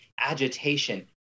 agitation